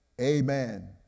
Amen